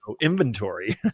inventory